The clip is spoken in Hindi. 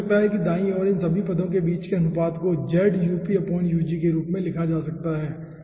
यह हो सकता है दायीं ओर इन सभी पदों के बीच के अनुपात को Z के रूप में लिखा जा सकता है